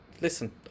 Listen